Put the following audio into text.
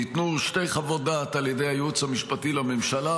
ניתנו שתי חוות דעת על ידי הייעוץ המשפטי לממשלה: